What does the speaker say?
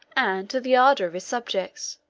and to the ardor of his subjects,